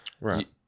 Right